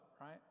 right